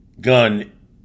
gun